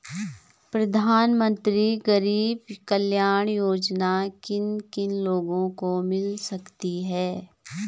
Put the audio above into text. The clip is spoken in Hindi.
प्रधानमंत्री गरीब कल्याण योजना किन किन लोगों को मिल सकती है?